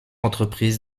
entreprises